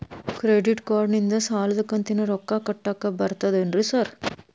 Credit ಕಾರ್ಡನಿಂದ ಸಾಲದ ಕಂತಿನ ರೊಕ್ಕಾ ಕಟ್ಟಾಕ್ ಬರ್ತಾದೇನ್ರಿ ಸಾರ್?